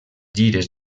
gires